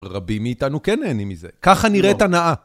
רבים מאיתנו כן נהנים מזה. ככה נראית הנאה.